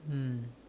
hmm